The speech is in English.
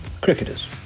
Cricketers